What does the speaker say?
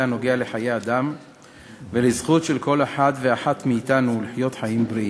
הנוגע לחיי אדם ולזכות של כל אחד ואחת מאתנו לחיות חיים בריאים.